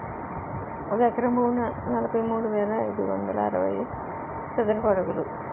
ఒక ఎకరం భూమి నలభై మూడు వేల ఐదు వందల అరవై చదరపు అడుగులు